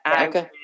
Okay